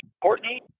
Courtney